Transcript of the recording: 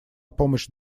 помощь